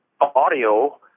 audio